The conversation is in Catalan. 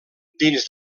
dins